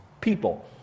people